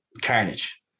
carnage